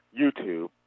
youtube